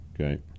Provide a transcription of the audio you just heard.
okay